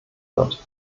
wird